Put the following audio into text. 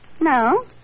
No